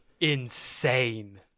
insane